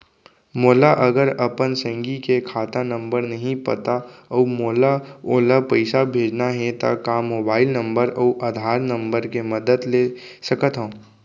मोला अगर अपन संगी के खाता नंबर नहीं पता अऊ मोला ओला पइसा भेजना हे ता का मोबाईल नंबर अऊ आधार नंबर के मदद ले सकथव?